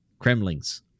kremlings